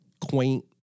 quaint